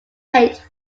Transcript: hate